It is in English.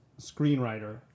screenwriter